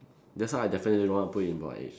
that's why I definitely don't want to put in my age